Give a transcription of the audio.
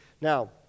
Now